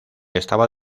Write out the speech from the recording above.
estaba